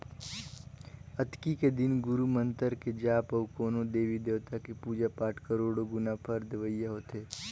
अक्ती के दिन गुरू मंतर के जाप अउ कोनो देवी देवता के पुजा पाठ करोड़ो गुना फर देवइया होथे